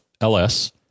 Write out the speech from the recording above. LS